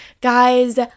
Guys